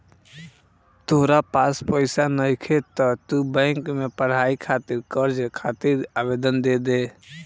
तोरा पास पइसा नइखे त तू बैंक में पढ़ाई खातिर कर्ज खातिर आवेदन दे दे